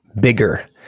bigger